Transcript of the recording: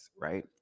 right